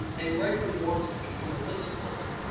and grigory wants to become a whistleblower.